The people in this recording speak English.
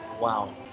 wow